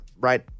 right